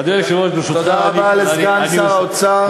אדוני היושב-ראש, ברשותך, תודה רבה לסגן שר האוצר.